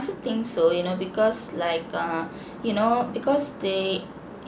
also think so you know because like err you know because they